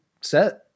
set